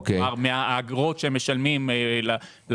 כלומר מן האגרות שהם משלמים לשולחן.